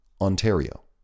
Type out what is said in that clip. Ontario